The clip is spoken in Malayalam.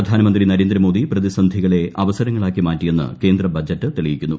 പ്രധാനമന്ത്രി നരേന്ദ്രമോദി പ്രതിസന്ധികളെ അവസരങ്ങളാക്കി മാറ്റിയെന്ന് കേന്ദ്ര ബജറ്റ് തെളിയിക്കുന്നു